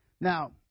Now